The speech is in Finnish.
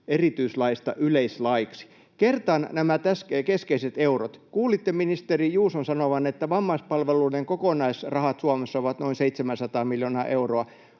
erityislaista yleislaiksi. Kertaan nämä keskeiset eurot. Kuulitte ministeri Juuson sanovan, että vammaispalveluiden kokonaisrahat Suomessa ovat noin 700 miljoonaa euroa.